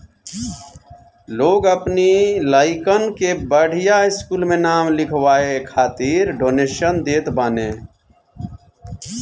लोग अपनी लइकन के बढ़िया स्कूल में नाम लिखवाए खातिर डोनेशन देत बाने